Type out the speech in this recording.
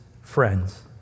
friends